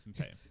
Okay